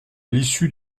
l’issue